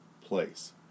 place